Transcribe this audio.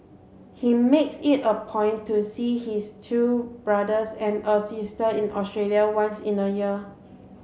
he makes it a point to see his two brothers and a sister in Australia once in a year